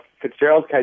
Fitzgerald